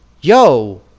yo